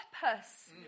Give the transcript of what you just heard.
purpose